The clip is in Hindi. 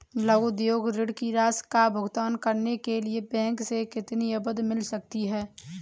लघु उद्योग ऋण की राशि का भुगतान करने के लिए बैंक से कितनी अवधि मिल सकती है?